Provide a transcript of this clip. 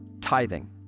tithing